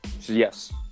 Yes